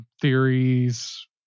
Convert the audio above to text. theories